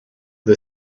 the